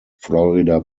florida